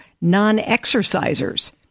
non-exercisers